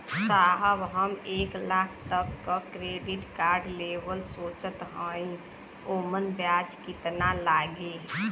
साहब हम एक लाख तक क क्रेडिट कार्ड लेवल सोचत हई ओमन ब्याज कितना लागि?